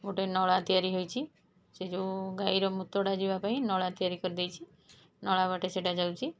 ଗୋଟେ ନଳା ତିଆରି ହୋଇଛି ସେଇ ଯେଉଁ ଗାଈର ମୂତଗୁଡ଼ା ଯିବାପାଇଁ ନଳା ତିଆରି କରିଦେଇଛି ନଳା ବାଟେ ସେଇଟା ଯାଉଛି